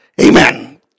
Amen